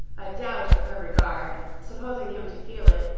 a doubt of her regard, supposing him to feel it,